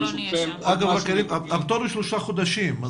הפטור הוא לשלושה חודשים.